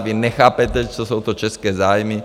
Vy nechápete, co jsou to české zájmy.